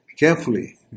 carefully